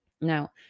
Now